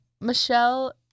Michelle